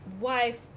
wife